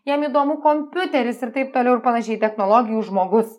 jam įdomu kompiuteris ir taip toliau ir panašiai technologijų žmogus